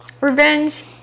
revenge